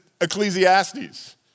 Ecclesiastes